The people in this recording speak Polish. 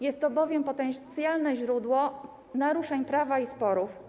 Jest to bowiem potencjalne źródło naruszeń prawa i sporów.